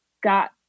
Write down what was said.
got